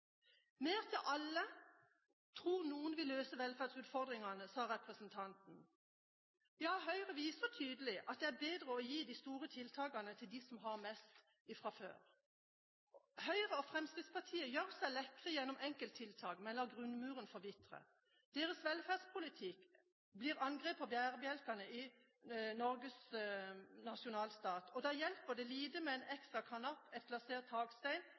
alle» vil løse velferdsutfordringene, sa representanten. Ja, Høyre viser tydelig at det er bedre å gi de store tiltakene til dem som har mest fra før. Høyre og Fremskrittspartiet gjør seg lekre gjennom enkelttiltak, men lar grunnmuren forvitre. Deres velferdspolitikk blir et angrep på bærebjelkene i Norges nasjonalstat. Det hjelper lite med en ekstra